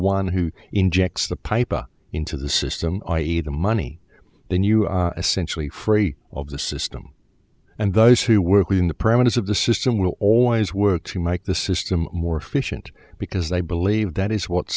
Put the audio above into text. one who injects the pipe into the system i e the money then you are essentially free of the system and those who work within the parameters of the system will always work to make the system more efficient because they believe that is what